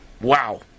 Wow